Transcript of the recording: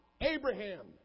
Abraham